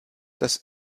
das